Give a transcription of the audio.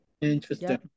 interesting